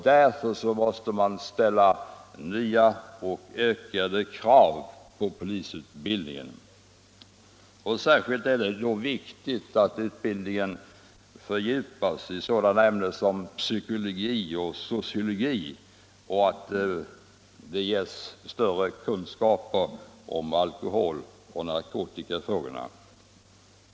Därför måste det ställas nya och större krav på polisutbildningen. Särskilt viktigt är det att utbildningen i ämnen som psykologi och sociologi fördjupas och att de blivande poliserna ges större kunskaper om alkohol och narkotikafrågorna.